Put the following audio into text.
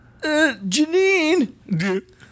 Janine